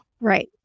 Right